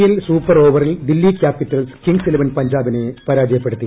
L super ഓവറിൽ Delhi Capitals Kings Eleven പഞ്ചാബിനെ പരാജയപ്പെടുത്തി